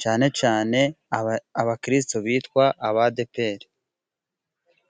cyane cyane, abakrisristo bitwa aba Adepr.